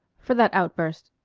for that outburst.